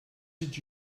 did